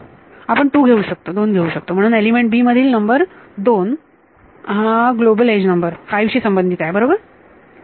आपण 2 घेऊ शकतो म्हणून एलिमेंट b मधील नंबर 2 हा ग्लोबल एज नंबर 5 शी संबंधित आहे बरोबर नो